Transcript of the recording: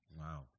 Wow